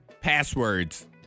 passwords